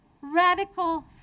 Radical